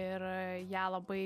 ir ją labai